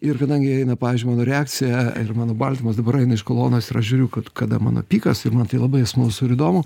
ir kadangi eina pavyzdžiui mano reakcija ir mano baltymas dabar eina iš kolonos ir aš žiūriu kad kada mano pikas ir man tai labai smalsu ir įdomu